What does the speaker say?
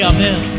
Amen